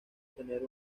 tener